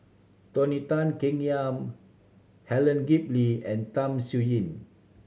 Tony Tan Keng Yam Helen Gilbey and Tham Sien Yen